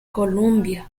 columbia